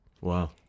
wow